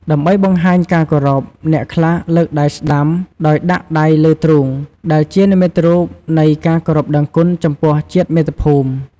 ដើម្បីបង្ហាញការគោរព អ្នកខ្លះលើកដៃស្តាំដោយដាក់ដៃលើទ្រូង ដែលជានិមិត្តរូបនៃការគោរពដឹងគុណចំពោះជាតិមាតុភូមិ។